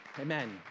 amen